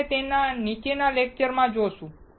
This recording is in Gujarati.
આપણે નીચેના લેક્ચરોમાં જોશું